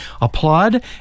applaud